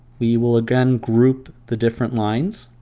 we will again group the different lines